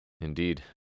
Indeed